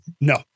No